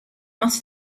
must